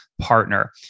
partner